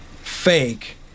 fake